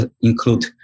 include